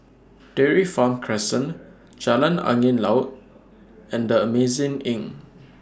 Dairy Farm Crescent Jalan Angin Laut and The Amazing Inn